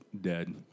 dead